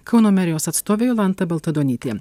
kauno merijos atstovė jolanta baltaduonytė